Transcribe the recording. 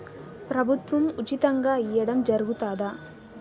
ప్రభుత్వం ఉచితంగా ఇయ్యడం జరుగుతాదా?